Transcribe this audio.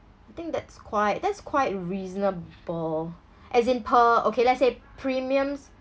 I think that's quite that's quite reasonable as in per okay let's say premiums